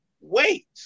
wait